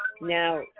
now